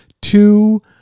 two